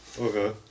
Okay